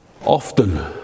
Often